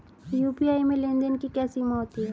UPI में लेन देन की क्या सीमा होती है?